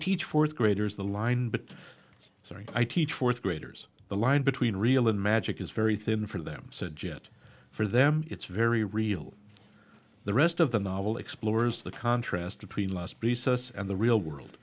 teach fourth graders the line but sorry i teach fourth graders the line between real and magic is very thin for them said jett for them it's very real the rest of the novel explores the contrast between last piece us and the real world